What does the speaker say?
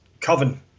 Coven